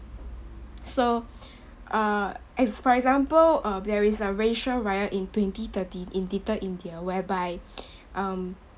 so uh as for example uh there is a racial riot in twenty thirteen in little india whereby um